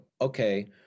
Okay